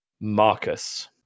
Marcus